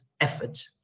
effort